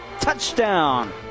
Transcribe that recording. touchdown